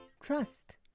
trust